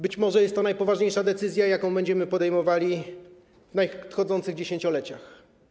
Być może jest to najpoważniejsza decyzja, jaką będziemy podejmowali w nadchodzących dziesięcioleciach.